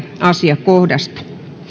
asiakohdasta